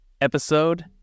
Episode